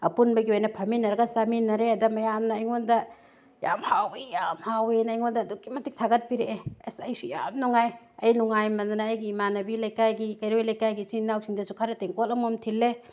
ꯑꯄꯨꯟꯕꯒꯤ ꯑꯣꯏꯅ ꯐꯃꯤꯟꯅꯔꯒ ꯆꯥꯃꯤꯟꯅꯔꯦ ꯑꯗ ꯃꯌꯥꯝꯅ ꯑꯩꯉꯣꯟꯗ ꯌꯥꯝ ꯍꯥꯎꯋꯤ ꯌꯥꯝ ꯍꯥꯎꯋꯤꯑꯅ ꯑꯩꯉꯣꯟꯗ ꯑꯗꯨꯛꯀꯤ ꯃꯇꯤꯛ ꯊꯥꯒꯠꯄꯤꯔꯛꯑꯦ ꯑꯁ ꯑꯩꯁꯨ ꯌꯥꯝ ꯅꯨꯡꯉꯥꯏ ꯑꯩ ꯅꯨꯡꯉꯥꯏꯃꯟꯗꯅ ꯑꯩꯒꯤ ꯏꯃꯥꯟꯅꯕꯤ ꯂꯩꯀꯥꯏꯒꯤ ꯀꯩꯔꯣꯜ ꯂꯩꯀꯥꯏꯒꯤ ꯏꯆꯤꯜ ꯏꯅꯥꯎꯁꯤꯡꯗꯁꯨ ꯈꯔ ꯇꯦꯡꯀꯣꯠ ꯑꯃꯃꯝ ꯊꯤꯜꯂꯦ